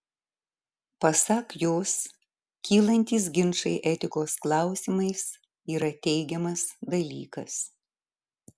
pasak jos kylantys ginčai etikos klausimais yra teigiamas dalykas